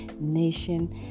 nation